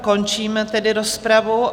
Končím tedy rozpravu.